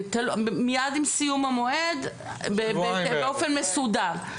מיד עם סיום המועד באופן מסודר.